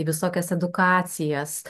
į visokias edukacijas